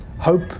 hope